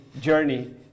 journey